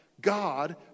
God